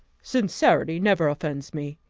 sincerity never offends me,